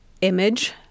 image